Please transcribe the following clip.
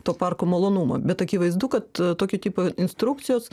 to parko malonumą bet akivaizdu kad tokio tipo instrukcijos